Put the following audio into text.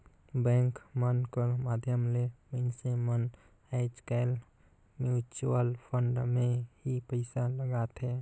bank मन कर माध्यम ले मइनसे मन आएज काएल म्युचुवल फंड में ही पइसा लगाथें